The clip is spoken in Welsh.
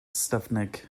ystyfnig